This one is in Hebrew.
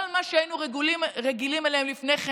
כל מה שהיינו רגילים אליו לפני כן.